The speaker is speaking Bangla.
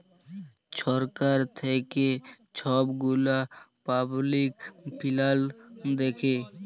ছরকার থ্যাইকে ছব গুলা পাবলিক ফিল্যাল্স দ্যাখে